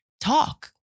talk